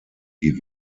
die